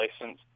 license